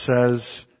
says